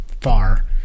Far